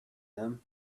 them